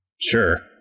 Sure